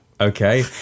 Okay